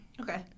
Okay